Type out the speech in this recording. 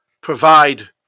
provide